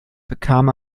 bekam